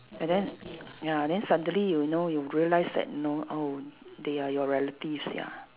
and then ya then suddenly you know you realise that know oh they are your relatives ya